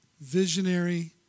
visionary